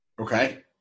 Okay